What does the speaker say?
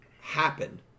happen